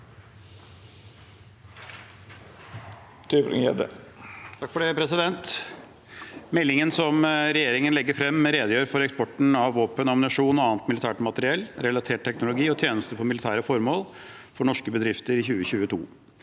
Meldingen som regjeringen legger frem, redegjør for eksporten av våpen, ammunisjon og annet militært materiell, relatert teknologi og tjenester for militære formål for norske bedrifter i 2022.